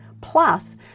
plus